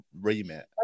remit